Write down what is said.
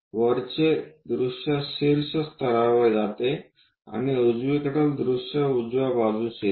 वरचे दृश्य शीर्ष स्तरावर जाते आणि उजवीकडील दृश्य उजव्या बाजूस येते